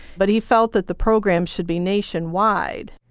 but he felt that the program should be nationwide.